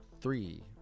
Three